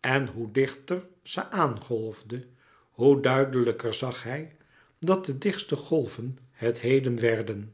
en hoe dichter ze aangolfde hoe duidelijker zag hij dat de dichtste golven het heden werden